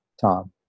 Tom